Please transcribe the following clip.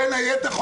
בין היתר,